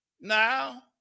Now